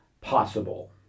possible